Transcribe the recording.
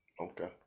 okay